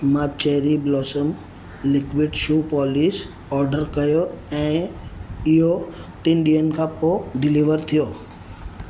मां Cherry Blossom liquid shoe polish order कयो ऐं इहो टिनि ॾींहनि खां पोइ डिलीवर थियो